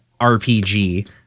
RPG